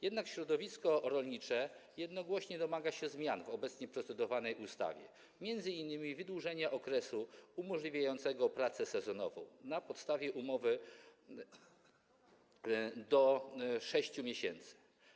Jednak środowisko rolnicze jednogłośnie domaga się zmian w obecnie procedowanej ustawie, m.in. wydłużenia okresu umożliwiającego pracę sezonową na podstawie umowy do 6 miesięcy.